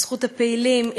בזכות הפעילים,